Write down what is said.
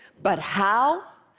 but how,